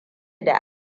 da